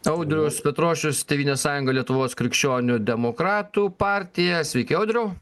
audrius petrošius tėvynės sąjunga lietuvos krikščionių demokratų partija sveiki audriau